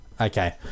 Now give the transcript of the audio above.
Okay